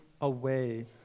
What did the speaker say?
away